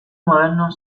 moderno